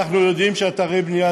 אנחנו יודעים שאתרי בנייה,